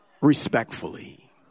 respectfully